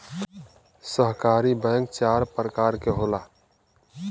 सहकारी बैंक चार परकार के होला